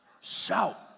shout